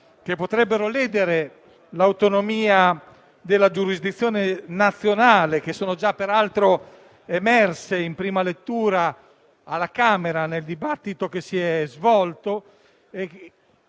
che potrebbero ledere l'autonomia della giurisdizione nazionale - criticità peraltro già emerse in prima lettura alla Camera nel dibattito che si è svolto